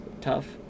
Tough